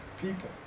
people